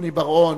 רוני בר-און,